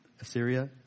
Assyria